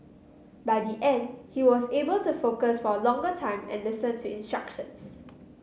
by the end he was able to focus for a longer time and listen to instructions